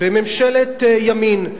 בממשלת ימין,